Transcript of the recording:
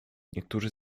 niektórzy